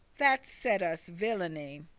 that said us villainy.